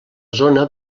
zona